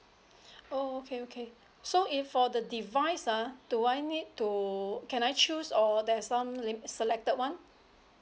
oh okay okay so if for the device ah do I need to can I choose or there's some limit selected one